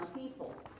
people